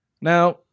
Now